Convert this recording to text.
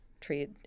treat